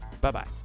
Bye-bye